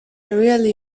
really